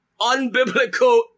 unbiblical